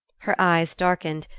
her eyes darkened,